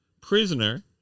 prisoner